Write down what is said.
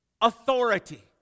authority